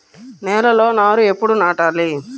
నేలలో నారు ఎప్పుడు నాటాలి?